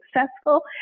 successful